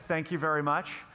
thank you very much.